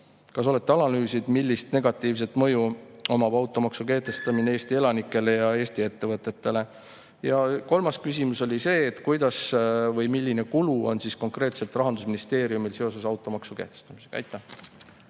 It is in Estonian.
Kas olete analüüsinud, millist negatiivset mõju omab automaksu kehtestamine Eesti elanikele ja Eesti ettevõtetele? Ja kolmas küsimus on see, milline kulu on konkreetselt Rahandusministeeriumil seoses automaksu kehtestamisega. Aitäh!